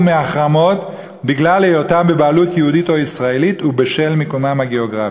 מהחרמות בגלל היותם בבעלות יהודית או ישראלית ובשל מקומם הגיאוגרפי.